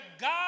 God